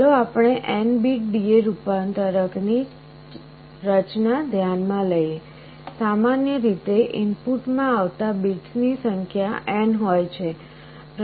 ચાલો આપણે n bit DA રૂપાંતરક ની રચના ધ્યાનમાં લઈએ સામાન્ય રીતે ઇનપુટમાં આવતા બીટ્સની સંખ્યા n હોય છે